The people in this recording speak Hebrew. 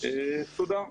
תודה.